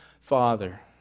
father